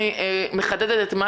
אני מחדדת את מה